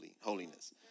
holiness